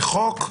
זה חוק?